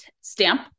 stamp